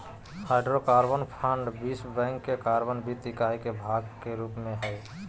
hydrocarbon fund विश्व bank के carbon वित्त इकाई के भाग के रूप में हइ